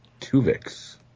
Tuvix